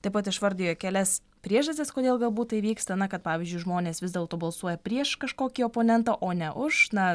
taip pat išvardijo kelias priežastis kodėl galbūt tai vyksta na kad pavyzdžiui žmonės vis dėlto balsuoja prieš kažkokį oponentą o ne už na